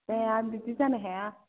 जाया बिदि जानो हाया